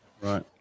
right